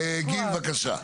גיל, בבקשה.